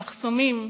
המחסומים,